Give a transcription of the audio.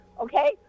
okay